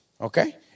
Okay